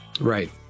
Right